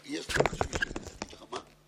איננו רוצים להיכנס להפעלה זו.